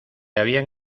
habían